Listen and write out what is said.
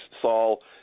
Saul